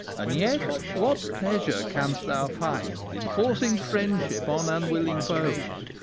and yet what pleasure canst thou find in forcing friendship on unwilling foes?